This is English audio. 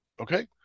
Okay